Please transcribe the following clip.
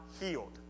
healed